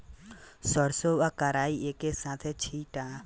सरसों आ कराई एके साथे छींट देला से दूनो उग जाला